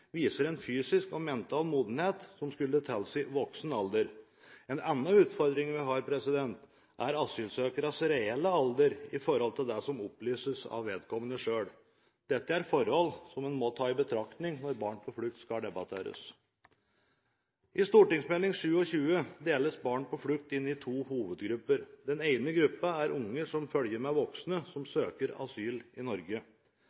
viser en fysisk og mental modenhet som skulle tilsi voksen alder. En annen utfordring vi har, er asylsøkernes reelle alder i forhold til det som opplyses av vedkommende selv. Dette er forhold som en må ta i betraktning når Barn på flukt skal debatteres. I Meld. St. 27 for 2011–2012 deles barn på flukt inn i to hovedgrupper. Den ene gruppen er barn som følger med voksne som søker asyl i Norge.